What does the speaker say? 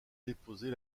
déposer